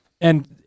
and-